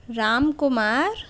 Ramkumar